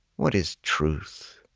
what is truth?